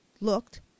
looked